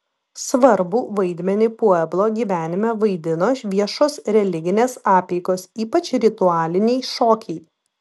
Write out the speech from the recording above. svarbų vaidmenį pueblo gyvenime vaidino viešos religinės apeigos ypač ritualiniai šokiai